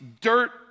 dirt